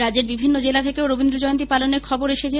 রাজ্যের বিভিন্ন জেলা থেকেও রবীন্দ্রজয়ন্তী পালনের খবর এসেছে